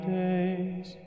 days